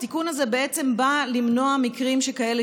התיקון הזה בעצם בא למנוע מקרים שכאלה,